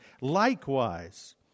Likewise